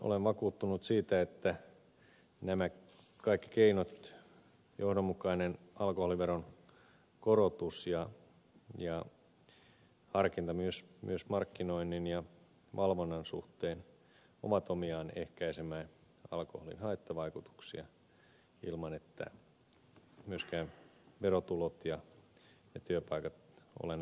olen vakuuttunut siitä että nämä kaikki keinot johdonmukainen alkoholiveron korotus ja harkinta myös markkinoinnin ja valvonnan suhteen ovat omiaan ehkäisemään alkoholin haittavaikutuksia ilman että myöskään verotulot ja työpaikat olennaisesti vähenevät